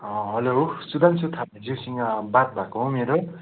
hello Sudhanshu थापाज्यूसँग बात भएको हो मेरो